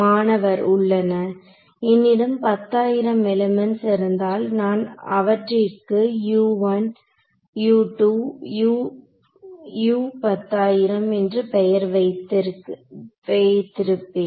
மாணவர் உள்ளன என்னிடம் 10000 எலிமென்ட்ஸ் இருந்தால் நான் அவற்றிற்கு என்று பெயர் வைத்திருப்பேன்